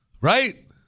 Right